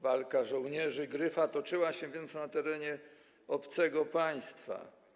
Walka żołnierzy „Gryfa” toczyła się więc na terenie obcego państwa.